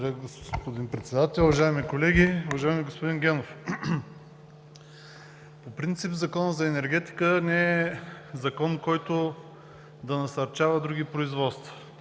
господин Председател. Уважаеми колеги! Уважаеми господин Генов, по принцип Законът за енергетиката не е Закон, който да насърчава други производства,